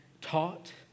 taught